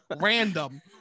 Random